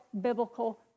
biblical